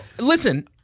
listen